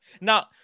Now